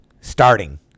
starting